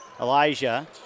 Elijah